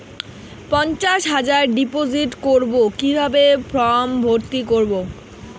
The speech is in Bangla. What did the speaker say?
পঞ্চাশ হাজার ডিপোজিট করবো কিভাবে ফর্ম ভর্তি করবো?